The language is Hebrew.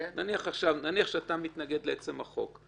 נניח שאתה מתנגד לעצם החוק.